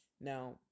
Now